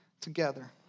together